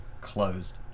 closed